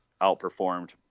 outperformed